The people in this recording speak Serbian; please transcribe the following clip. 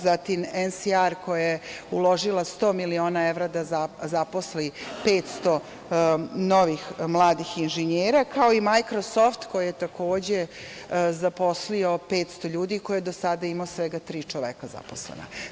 Zatim NSR koja je uložila 100 miliona evra da zaposli 500 novih mladih inženjera, kao i „Majkrosoft“ koji je takođe zaposlio 500 ljudi, koji je do sada imao svega tri zaposlena čoveka.